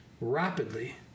rapidly